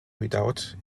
redoubt